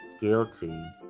guilty